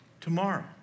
tomorrow